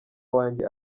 wanjye